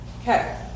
Okay